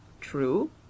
True